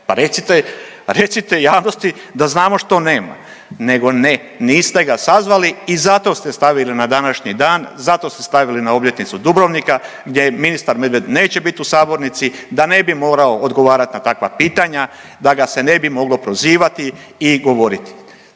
Pa recite javnosti da znamo što nema, nego ne niste ga sazvali i zato ste stavili na današnji dan, zato ste stavili na obljetnicu Dubrovnika gdje ministar Medved neće bit u sabornici da ne bi morao odgovarati na takva pitanja, da ga se ne bi moglo proizovati i govoriti.